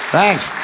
Thanks